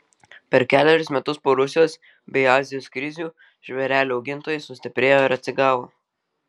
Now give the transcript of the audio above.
per kelerius metus po rusijos bei azijos krizių žvėrelių augintojai sustiprėjo ir atsigavo